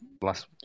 last